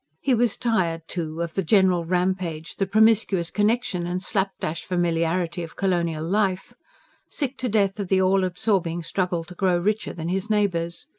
he was tired, too, of the general rampage, the promiscuous connexions and slap-dash familiarity of colonial life sick to death of the all-absorbing struggle to grow richer than his neighbours.